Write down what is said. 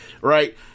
Right